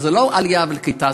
וזה לא עלייה וקליטה,